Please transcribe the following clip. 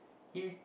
he re